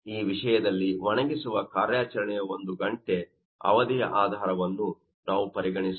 ಈ ವಿಷಯದಲ್ಲಿ ಒಣಗಿಸುವ ಕಾರ್ಯಾಚರಣೆಯ ಒಂದು ಗಂಟೆ ಅವಧಿಯ ಆಧಾರವನ್ನು ನಾವು ಪರಿಗಣಿಸಬಹುದು